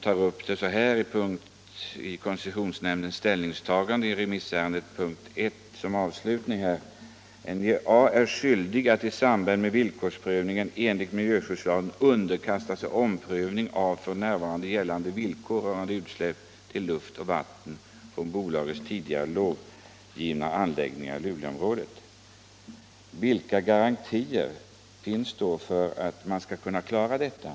Där heter det under rubriken Koncessionsnämndens ställningstagande i remissärendet: ”NJA är skyldigt att i samband med villkorsprövningen enligt miljöskyddslagen underkasta sig omprövning av för närvarande gällande Vilka garantier finns då för att NJA skall klara detta?